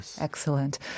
Excellent